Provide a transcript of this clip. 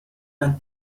and